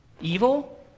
Evil